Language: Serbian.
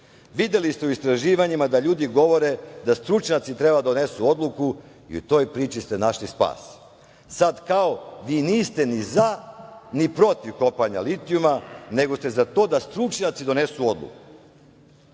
uzbunu. Videli ste u istraživanjima da ljudi govore da stručnjaci treba da donesu odluku i u toj priči ste našli spas. Sada kao vi niste ni za ni protiv kopanja litijuma, nego ste za to da stručnjaci donesu odluku.